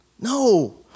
No